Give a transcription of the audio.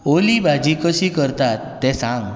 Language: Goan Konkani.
ओली भाजी कशी करतात तें सांग